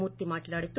మూర్తి మాట్లాడుతూ